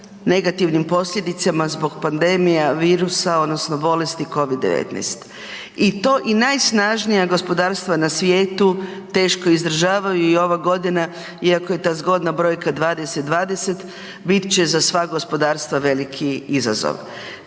negativnim posljedicama zbog pandemija virusa odnosno bolesti Covid-19. I to i najsnažnija gospodarstva na svijetu teško izdržavaju i ova godina, iako je ta zgodna brojka 2020 bit će za sva gospodarstva veliki izazov.